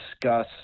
discuss